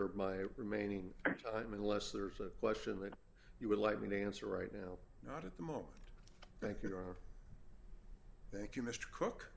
reserve my remaining time unless there's a question that you would like me to answer right now not at the moment thank you thank you mr cook